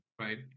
right